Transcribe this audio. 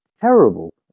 terrible